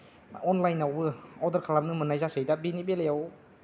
अनलाइनावबो order खालामनो मोननाय जासै दा बेनि बेलायाव